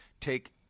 take